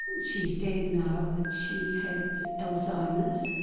she's dead now, but she had alzheimer's,